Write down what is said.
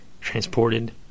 transported